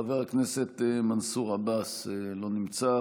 חבר הכנסת מנסור עבאס, לא נמצא.